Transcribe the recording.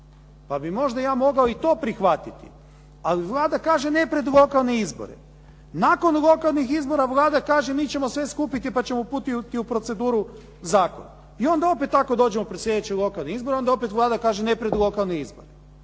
pa mi možda ja mogao i to prihvatiti, ali Vlada kaže ne pred lokalne izbore. Nakon lokalnih izbora Vlada kaže mi ćemo sve skupiti pa ćemo uputiti u proceduru zakon. I onda tako opet dođemo pred sljedeće lokalne izbore, onda opet Vlada kaže ne pred lokalne izbore.